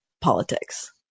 politics